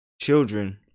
children